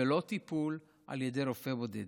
ולא טיפול על ידי רופא בודד.